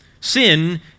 Sin